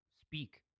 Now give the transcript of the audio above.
speak